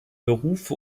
berufe